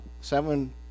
seven